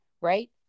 Right